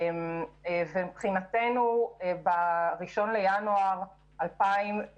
ומבחינתנו, ב-1 בינואר 2021